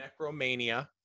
necromania